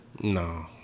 No